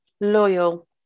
Loyal